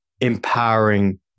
empowering